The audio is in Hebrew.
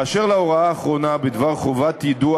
באשר להוראה האחרונה בדבר חובת יידוע